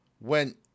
went